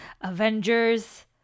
avengers